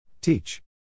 Teach